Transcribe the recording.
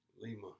Lima